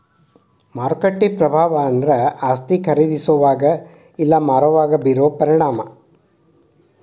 ಮಾರುಕಟ್ಟೆ ಪ್ರಭಾವ ಅಂದ್ರ ಆಸ್ತಿ ಖರೇದಿಸೋವಾಗ ಇಲ್ಲಾ ಮಾರೋವಾಗ ಬೇರೋ ಪರಿಣಾಮ